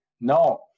No